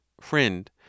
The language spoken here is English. FRIEND